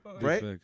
right